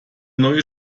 neue